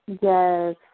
Yes